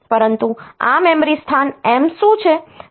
પરંતુ આ મેમરી સ્થાન M શું છે